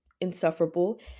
insufferable